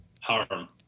harm